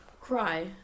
cry